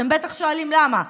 אתם בטח שואלים למה.